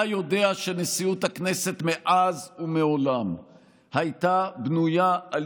אתה יודע שנשיאות הכנסת מאז ומעולם הייתה בנויה על